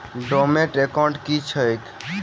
Dormant account की छैक?